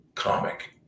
comic